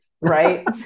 right